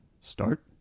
Start